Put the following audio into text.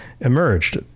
emerged